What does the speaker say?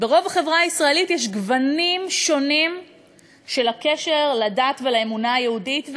ברוב החברה הישראלית יש גוונים שונים של הקשר לדת ולאמונה היהודית,